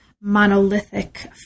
monolithic